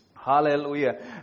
Hallelujah